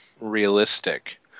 realistic